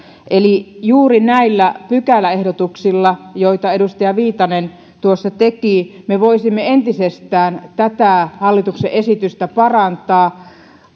eli juuri näillä pykäläehdotuksilla joita edustaja viitanen tuossa teki me voisimme entisestään tätä hallituksen esitystä parantaa